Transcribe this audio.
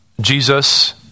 Jesus